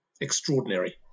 extraordinary